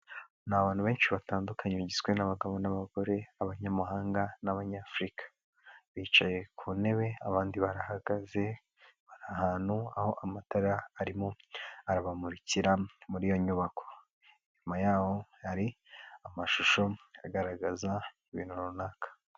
Ni abantu benshi batandukanye bagizwe n'abagabo n'abagore b'Abanyamahanga n'Abanyafurika. Bicaye ku ntebe abandi barahagaze, bari ahantu aho amatara arimo arabamurikira muri iyo nyubako. Inyuma yabo hari amashusho agaragaza ibintu runaka